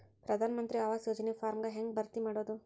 ಪ್ರಧಾನ ಮಂತ್ರಿ ಆವಾಸ್ ಯೋಜನಿ ಫಾರ್ಮ್ ಹೆಂಗ್ ಭರ್ತಿ ಮಾಡೋದು?